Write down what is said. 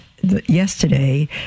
yesterday